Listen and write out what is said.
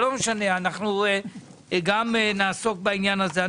לא משנה, אנחנו גם נעסוק בעניין הזה.